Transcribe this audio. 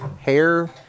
Hair